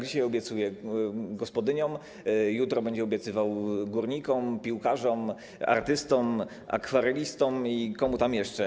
Dzisiaj obiecuje gospodyniom, jutro będzie obiecywał górnikom, piłkarzom, artystom, akwarelistom i komuś jeszcze.